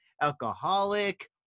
alcoholic